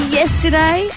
yesterday